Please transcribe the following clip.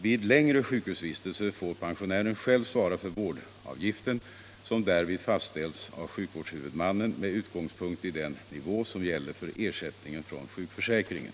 Vid längre sjukhusvistelse får pensionären själv svara för vårdavgiften, som därvid fastställs av sjukvårdshuvudmannen med utgångspunkt i den nivå som gäller för ersättningen från sjukförsäkringen.